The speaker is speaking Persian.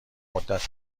مدت